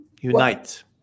unite